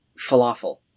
Falafel